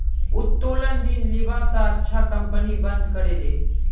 उत्तोलन ऋण लीबा स अच्छा कंपनी बंद करे दे